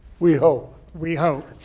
we hope. we hope.